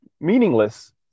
meaningless